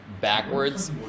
backwards